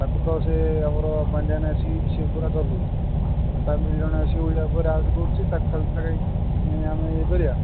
ତାକୁ ତ ସେ ଆମର ପାଣ୍ଡିଆନ ଆସିକି ସେ ପୁରା ଚଲାଉଛି ତାମିଲ୍ ଜଣେ ଆସିକି ଓଡ଼ିଆ ଉପରେ ରାଜ କରୁଛି ତାକୁ ଖାଲିଟାରେ କାଇଁ ଆମେ ଇଏ କରିବା